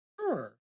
Sure